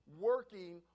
working